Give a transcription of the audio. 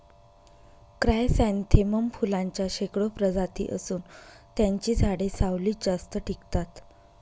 chrysanthemum फुलांच्या शेकडो प्रजाती असून त्यांची झाडे सावलीत जास्त टिकतात